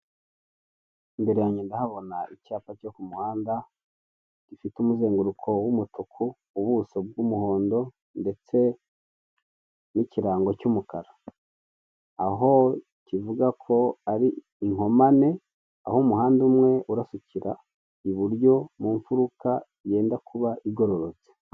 Imbere yanjye ndahabona icyapa cyo ku muhanda gifite umuzenguruko w'umutuku, ubuso bw'umuhondo ndetse n'ikirango cy'umukara, aho kivuga ko ari inkomane aho umuhanda umwe urasukira iburyo mu mfuruka yenda kuba igororotse.